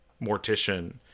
mortician